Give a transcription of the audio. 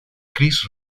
chris